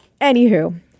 Anywho